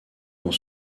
dans